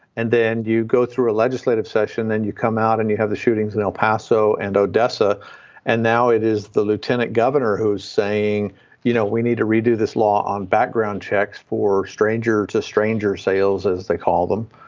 and then you go through a legislative session then you come out and you have the shootings in el paso and odessa and now it is the lieutenant governor who's saying you know we need to redo this law on background checks for stranger to stranger sales as they call them.